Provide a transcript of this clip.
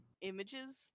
images